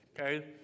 Okay